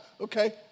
okay